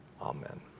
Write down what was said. Amen